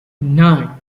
nine